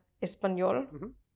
español